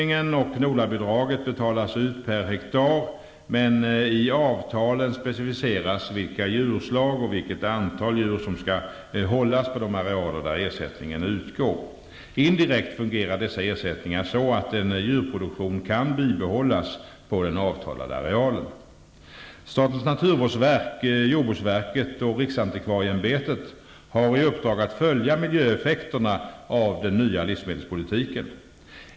bidraget betalas ut per hektar, men i avtalen specifieras vilka djurslag och vilket antal djur som skall hållas på de arealer för vilka ersättning utgår. Indirekt fungerar dessa ersättningar så att en djurproduktion kan bibehållas på den avtalade arealen. Statens naturvårdsverk, jordbruksverket och riksantikvarieämbetet har i uppdrag att följa miljöeffekterna av den nya livsmedelspolitiken.